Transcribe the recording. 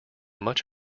much